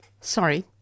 Sorry